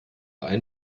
ein